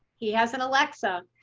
he has an alexa,